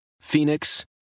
Phoenix